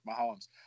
Mahomes